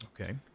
Okay